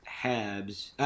Habs